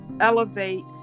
elevate